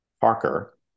Parker